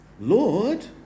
Lord